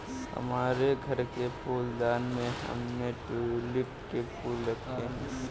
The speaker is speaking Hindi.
हमारे घर के फूलदान में हमने ट्यूलिप के फूल रखे हैं